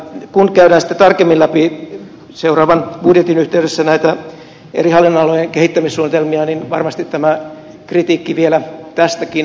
kun käydään sitten tarkemmin läpi seuraavan budjetin yhteydessä näitä eri hallinnonalojen kehittämissuunnitelmia niin varmasti tämä kritiikki vielä tästäkin laimenee